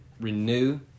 renew